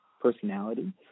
personality